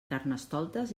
carnestoltes